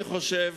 אני חושב